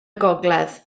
gogledd